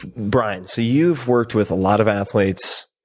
brian, so you've worked with a lot of athletes.